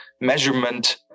measurement